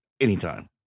anytime